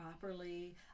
properly